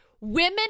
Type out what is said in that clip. Women